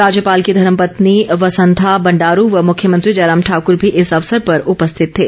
राज्यपाल की धर्मपत्नी वसंथा बंडारू व मुख्यमंत्री जयराम ठाकर भी इस अवसर पर उपस्थित थे